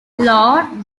lord